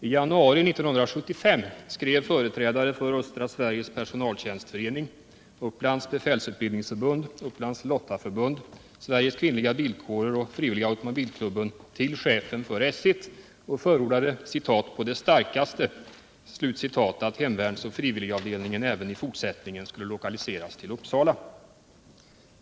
I januari 1975 skrev företrädaren för Östra Sveriges personaltjänstsförening, Upplands befälsutbildningsförbund, Upplands lottaförbund, Sveriges kvinnliga bilkårer Fo 47 och Frivilliga automobilklubben till chefen för S 1 och förordade ”på det starkaste” att hemvärnsoch frivilligavdelningen även i fortsättningen skulle lokaliseras till Uppsala.